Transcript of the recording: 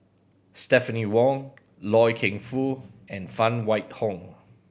Stephanie Wong Loy Keng Foo and Phan Wait Hong